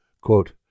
Quote